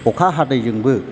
अखा हादैजोंबो